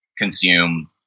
consume